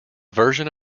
version